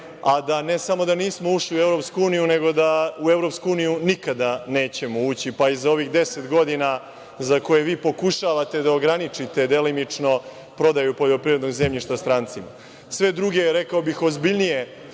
a da ne samo da nismo ušli u EU, nego da u EU nikada nećemo ući, pa i za ovih 10 godina za koje vi pokušavate da ograničite delimično prodaju poljoprivrednog zemljišta strancima. Sve druge, rekao bih, ozbiljnije